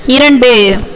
இரண்டு